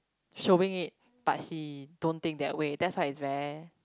showing it but she don't think that way that's why is rare